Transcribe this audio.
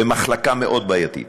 במחלקה מאוד בעייתית,